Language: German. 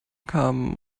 kamen